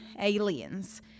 aliens